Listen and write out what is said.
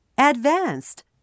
Advanced